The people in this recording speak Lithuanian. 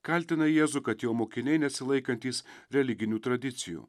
kaltina jėzų kad jo mokiniai nesilaikantys religinių tradicijų